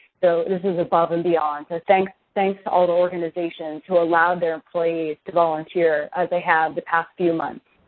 so, this is above and beyond. so, thanks thanks to all the organizations who allow their employees to volunteer as they have the past few months.